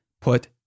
put